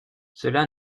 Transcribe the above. cela